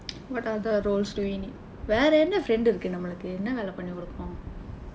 what other roles do we need வேற என்ன:veera enna friend இருக்கு நமக்கு என்ன வேலை பண்ணி கொடுக்கும்:irukku namakku enna veelai panni kodukkum